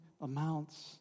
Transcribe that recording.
amounts